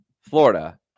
Florida